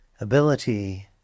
ability